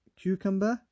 cucumber